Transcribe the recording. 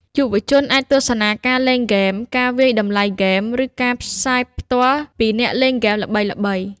យុវជនអាចទស្សនាការលេងហ្គេម ការវាយតម្លៃហ្គេម ឬការផ្សាយផ្ទាល់ ពីអ្នកលេងហ្គេមល្បីៗ។